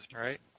right